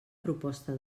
proposta